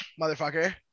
motherfucker